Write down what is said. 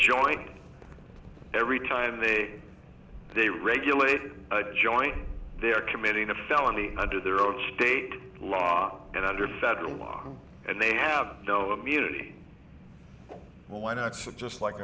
joint every time they they regulate a joint they're committing a felony under their own state law and under federal law and they have no immunity well why not suggest like